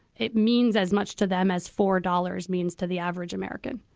it means as much to them as four dollars means to the average american